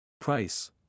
Price